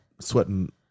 sweating